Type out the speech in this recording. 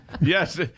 Yes